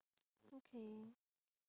okay